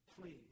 please